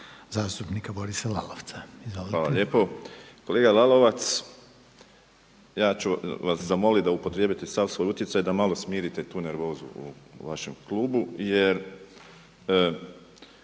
**Borić, Josip (HDZ)** Hvala lijepo. Kolega Lalovac, ja ću vas zamoliti da upotrijebite sav svoj utjecaj da malo smirite tu nervozu u vašem klubu. Jer